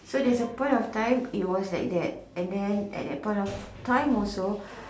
so there's a point of time it was like that and then at that point of time also